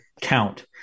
count